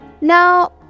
now